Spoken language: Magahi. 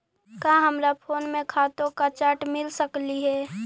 का हमरा फोन में खातों का चार्ट मिल जा सकलई हे